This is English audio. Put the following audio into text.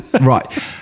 Right